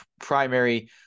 primary